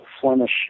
Flemish